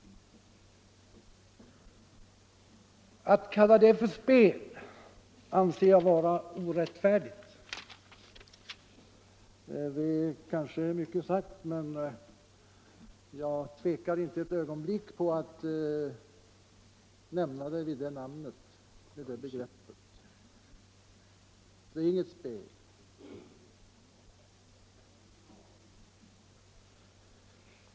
Att kalla det för spel anser jag vara orättfärdigt. Det kanske är mycket sagt, men jag tvekar inte ett ögonblick att beteckna det så. Det är inget spel.